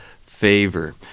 favor